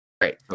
Great